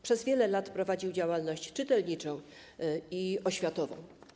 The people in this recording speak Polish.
Przez wiele lat prowadził działalność czytelniczą i oświatową.